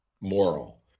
moral